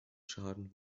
schaden